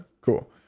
cool